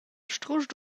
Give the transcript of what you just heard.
strusch